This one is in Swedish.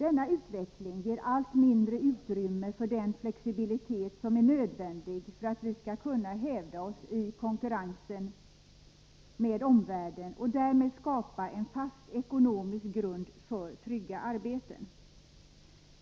Denna utveckling ger allt mindre utrymme för den flexibilitet som är nödvändig för att vi skall kunna hävda oss i konkurrensen med omvärlden och därmed skapa en fast ekonomisk grund för trygga arbeten.